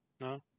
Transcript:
no